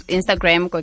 Instagram